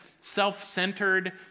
self-centered